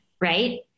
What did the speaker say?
right